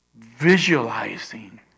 Visualizing